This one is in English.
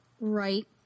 right